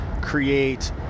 create